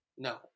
No